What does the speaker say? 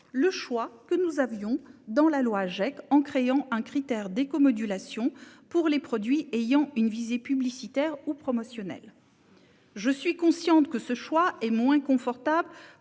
le choix que nous avions fait dans la loi Agec, en créant un critère d'écomodulation pour les produits ayant une visée publicitaire ou promotionnelle. Je suis consciente que ce choix est moins confortable